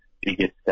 biggest